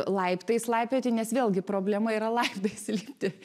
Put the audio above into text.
laiptais laipioti nes vėlgi problema yra laiptais lipti